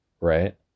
right